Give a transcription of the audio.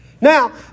Now